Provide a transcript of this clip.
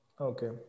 Okay